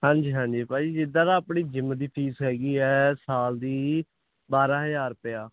ਹਾਂਜੀ ਹਾਂਜੀ ਭਾਜੀ ਜਿੱਦਾਂ ਨਾ ਆਪਣੀ ਜਿੰਮ ਦੀ ਫੀਸ ਹੈਗੀ ਹੈ ਸਾਲ ਦੀ ਬਾਰ੍ਹਾਂ ਹਜ਼ਾਰ ਰੁਪਇਆ